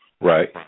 Right